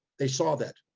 they saw that.